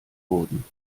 wurden